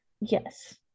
Yes